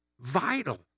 vital